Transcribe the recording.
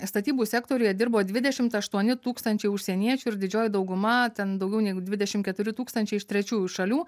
statybų sektoriuje dirbo dvidešimt aštuoni tūkstančiai užsieniečių ir didžioji dauguma ten daugiau nei dvidešimt keturi tūkstančiai iš trečiųjų šalių